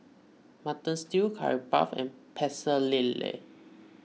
Mutton Stew Curry Puff and Pecel Lele